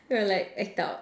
we'll like act out